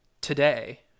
today